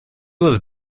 was